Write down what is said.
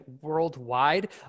worldwide